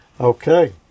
okay